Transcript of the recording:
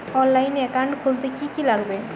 অনলাইনে একাউন্ট খুলতে কি কি লাগবে?